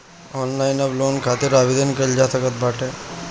online अब loan खातिर आवेदन कईल जा सकत बाटे